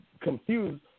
confused